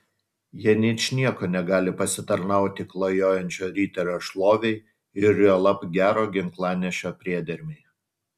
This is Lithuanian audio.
jie ničniekuo negali pasitarnauti klajojančio riterio šlovei ir juolab gero ginklanešio priedermei